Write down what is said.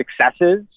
successes